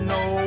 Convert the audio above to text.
no